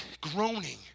groaning